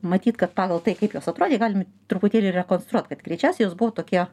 matyt kad pagal tai kaip jos atrodė galim truputėlį rekonstruot kad greičiausiai jos buvo tokie